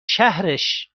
شهرش